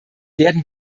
werden